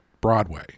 Broadway